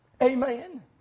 Amen